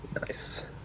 nice